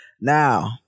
Now